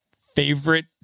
favorite